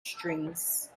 strings